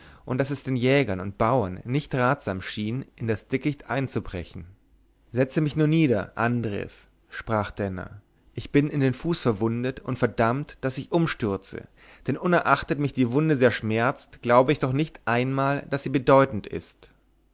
und daß es den jägern und bauern nicht ratsam schien in das dickicht einzubrechen setze mich nur nieder andres sprach denner ich bin in den fuß verwundet und verdammt daß ich umstürzte denn unerachtet mich die wunde sehr schmerzt glaub ich doch nicht einmal daß sie bedeutend ist